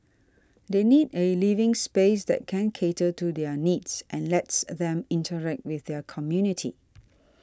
they need a living space that can cater to their needs and lets a them interact with their community